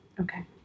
Okay